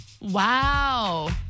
Wow